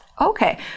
Okay